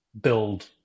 build